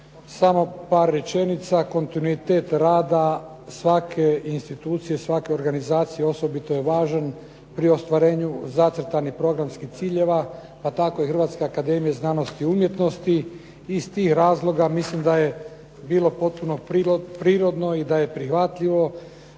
Samo par rečenica, kontinuitet rada svake institucije, svake organizacije osobito je važan pri ostvarenju zacrtanih programskih ciljeva, pa tako i Hrvatska akademija znanosti i umjetnosti. Iz tih razloga mislim da je bilo potpuno prirodno i da je prihvatljivo